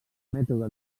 mètode